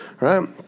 right